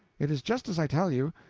it is just as i tell you.